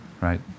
right